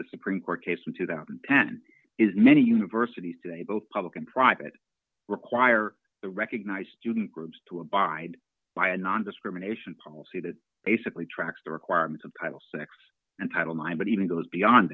the supreme court case in two thousand and ten is many universities today both public and private require the recognized and groups to abide by a nondiscrimination policy that basically tracks the requirements of title sex and title mind but even goes beyond